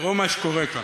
תראו מה שקורה כאן.